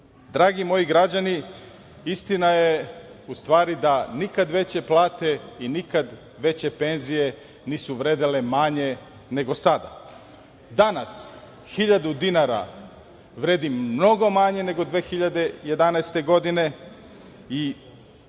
citat. Dragi moji građani, istina je u stvari da nikad veće plate i nikad veće penzije nisu vredele manje nego sada. Danas 1.000 dinara vredi mnogo manje nego 2011. godine i